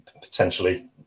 potentially